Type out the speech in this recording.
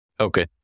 Okay